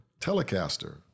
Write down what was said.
Telecaster